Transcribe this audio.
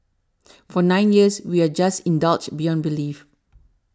for nine years we were just indulged beyond belief